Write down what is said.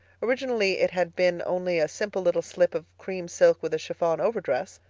originally it had been only a simple little slip of cream silk with a chiffon overdress.